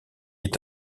est